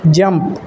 jump